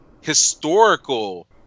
historical